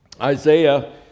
isaiah